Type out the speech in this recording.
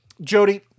Jody